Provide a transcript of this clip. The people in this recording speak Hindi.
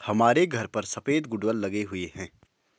हमारे घर पर सफेद गुड़हल लगे हुए हैं